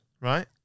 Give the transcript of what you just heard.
Right